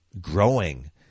growing